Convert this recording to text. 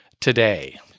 today